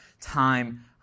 time